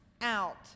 out